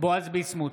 בועז ביסמוט,